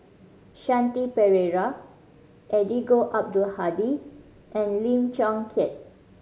Shanti Pereira Eddino Abdul Hadi and Lim Chong Keat